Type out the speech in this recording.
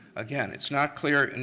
again, it's not clear, and